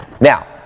Now